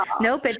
Nope